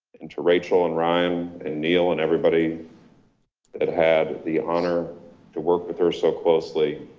and to rachel and ryan, and neil, and everybody that had the honor to work with her so closely.